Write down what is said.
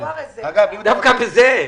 דווקא בזה?